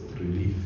relief